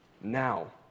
Now